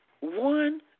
one